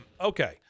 Okay